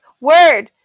Word